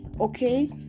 Okay